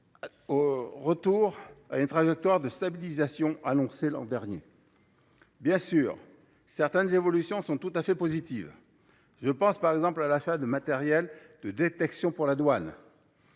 du retour à une trajectoire de stabilisation annoncée l’an dernier. Bien sûr, certaines évolutions sont tout à fait positives. Je pense, par exemple, à l’achat de matériels de détection pour la douane,